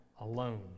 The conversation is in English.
alone